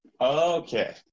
Okay